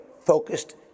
focused